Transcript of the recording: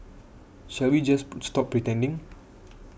shall we just stop pretending